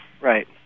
Right